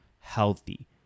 healthy